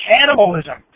Cannibalism